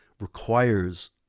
requires